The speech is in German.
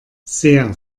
sehr